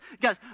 guys